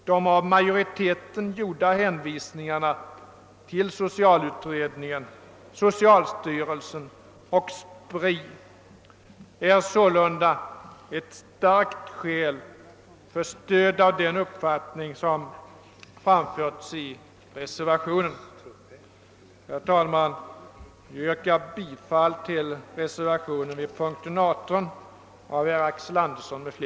De av utskottsmajoriteten gjorda hänvisningarna till socialutredningen, socialstyrelsen och SPRI är sålunda ett starkt skäl för stöd för den uppfattning som framförts i reservationen 6. Herr talman! Jag ber att få yrka bi